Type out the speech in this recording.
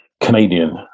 Canadian